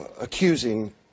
Accusing